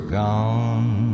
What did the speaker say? gone